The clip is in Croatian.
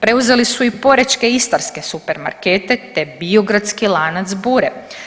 Preuzeli su i porečke istarske supermarkete te biogradski lanac Bure.